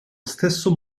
stesso